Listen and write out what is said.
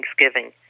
Thanksgiving